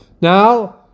Now